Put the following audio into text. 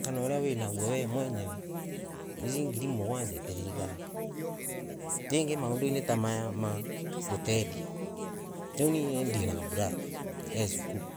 Kana uria winaguo we mwenyewe, icii ngiri mugwanja itiririkana. Ringi maondoini ta mamama gutethia, Riu nie ndina brother eeh cukuru,